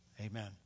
Amen